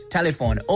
Telephone